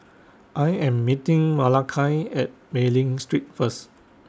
I Am meeting Malakai At Mei Ling Street First